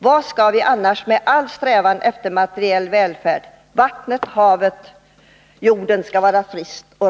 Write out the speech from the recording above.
Vad skall vi annars med all strävan efter materiell välfärd till. Vattnet, havet och jorden skall vara friska och